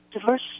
diverse